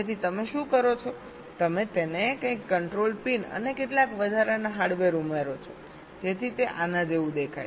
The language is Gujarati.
તેથી તમે શું કરો છો તમે તેને કંઇક કંટ્રોલ પિન અને કેટલાક વધારાના હાર્ડવેર ઉમેરો છો જેથી તે આના જેવું દેખાય